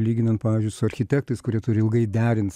lyginant pavyzdžiui su architektais kurie turi ilgai derint